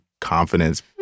confidence